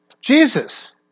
Jesus